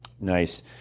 Nice